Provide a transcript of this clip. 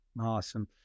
Awesome